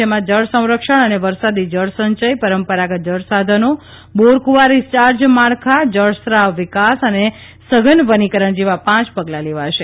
તેમાં જળસંરક્ષણ અને વરસાદી જળસંચય પરંપરાગત જળસાધનો બોરકૂવા રીચાર્જ માળખાં જળસ્નાવ વિકાસ અને સઘન વનીકરણ જેવાં પાંચ પગલાં લેવાશે